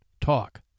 talk